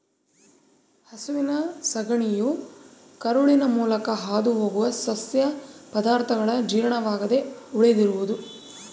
ಹಸುವಿನ ಸಗಣಿಯು ಕರುಳಿನ ಮೂಲಕ ಹಾದುಹೋಗುವ ಸಸ್ಯ ಪದಾರ್ಥಗಳ ಜೀರ್ಣವಾಗದೆ ಉಳಿದಿರುವುದು